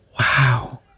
Wow